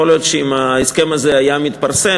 יכול להיות שאם ההסכם הזה היה מתפרסם,